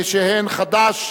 שהן חד"ש,